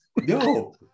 no